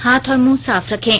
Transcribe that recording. हाथ और मुंह साफ रखें